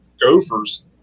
gophers